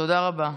תודה רבה.